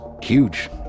huge